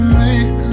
make